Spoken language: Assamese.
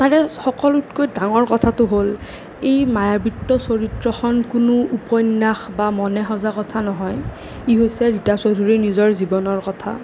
তাৰে সকলোতকৈ ডাঙৰ কথাটো হ'ল এই মায়াবৃত্ত চৰিত্ৰখন কোনো উপন্যাস বা মনেসজা কথা নহয় ই হৈছে ৰীতা চৌধুৰীৰ নিজৰ জীৱনৰ কথা